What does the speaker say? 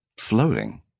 floating